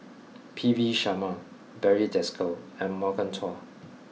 P V Sharma Barry Desker and Morgan Chua